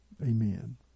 Amen